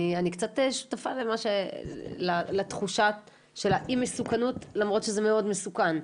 אני קצת שותפה לתחושה של האי מסוכנות למרות שזה מאוד מסוכן.